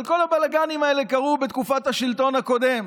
אבל כל הבלגנים האלה קרו בתקופת השלטון הקודם.